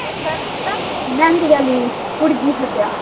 मैंह्दी आहली कुड़ी गी सद्देआ